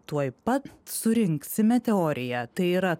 tuoj pat surinksime teoriją tai yra